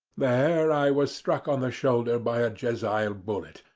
there i was struck on the shoulder by a jezail bullet,